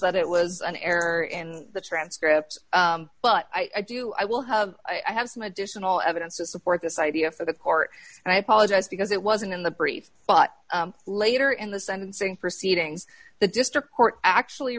that it was an error in the transcript but i do i will have i have some additional evidence to support this idea for the court and i apologize because it wasn't in the brief but later in the sentencing proceedings the district court actually